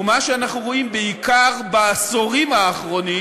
ומה שאנחנו רואים בעיקר בעשורים האחרונים,